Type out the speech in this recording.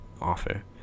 offer